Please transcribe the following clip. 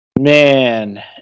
man